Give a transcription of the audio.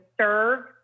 serve